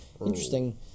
interesting